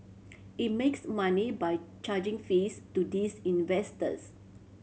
it makes money by charging fees to these investors